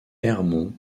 ermont